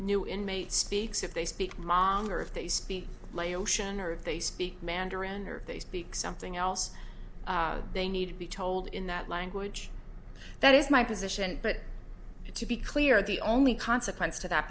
new inmate speaks if they speak mongar if they speak laotian or if they speak mandarin or they speak something else they need to be told in that language that is my position but to be clear the only consequence to that